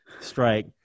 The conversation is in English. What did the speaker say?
strike